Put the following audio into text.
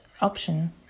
option